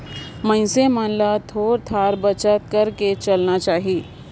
मइनसे मन ल थोर थार बचत कइर के चलना चाही